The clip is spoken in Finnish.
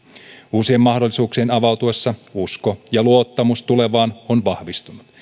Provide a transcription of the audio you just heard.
uusien mahdollisuuksien avautuessa usko ja luottamus tulevaan on vahvistunut